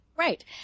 Right